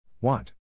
Want